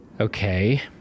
Okay